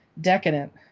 Decadent